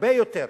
הרבה יותר.